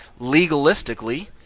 legalistically